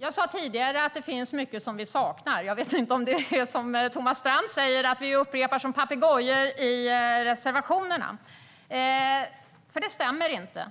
Herr talman! Det finns som sagt mycket som vi saknar. Det kanske är det som Thomas Strand tycker att vi upprepar som papegojor i reservationerna. Det stämmer inte,